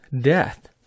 death